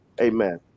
Amen